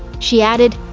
she added,